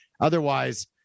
Otherwise